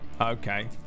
Okay